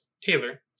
Taylor